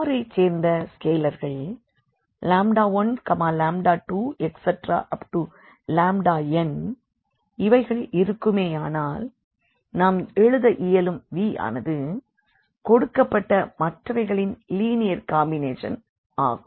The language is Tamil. R ஐச் சேர்ந்த ஸ்கேலர்கள் 12n இவைகள் இருக்குமேயானால் நாம் எழுத இயலும் V ஆனது கொடுக்கப்பட்ட மற்றவைகளின் லீனியர் காம்பினேஷன் ஆகும்